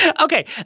Okay